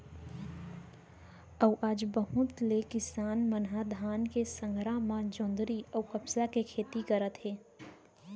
अउ आज बहुत ले किसान मन ह धान के संघरा म जोंधरी अउ कपसा के खेती करत हे